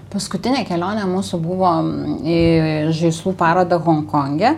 paskutinė kelionė mūsų buvo į žaislų paroda honkonge